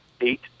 eight